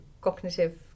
cognitive